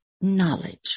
knowledge